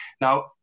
Now